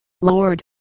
Lord